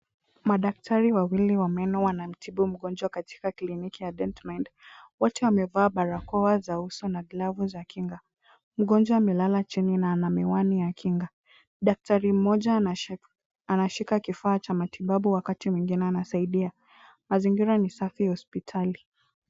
Madaktari wawili wa meno wanamtibu mgonjwa katika kliniki ya Dent mind. Wote wamevaa barakoa za uso na glavu za kinga. Mgonjwa amelala chini na ana miwani ya kinga. Daktari mmoja anashika kifaa cha matibabu wakati mwingine anasaidia. Mazingira ni safi ya hospitali.